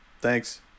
Thanks